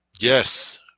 Yes